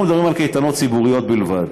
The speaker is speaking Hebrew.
אנחנו מדברים על קייטנות ציבוריות בלבד,